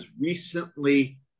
recently